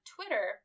Twitter